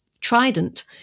trident